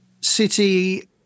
City